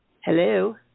Hello